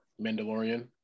Mandalorian